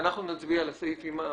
אנחנו נצביע על הסעיפים.